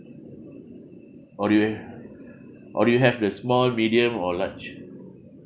or do you or do you have the small medium or large